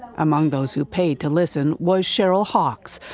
among those who paid to listen was cheryl hawkes,